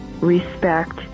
respect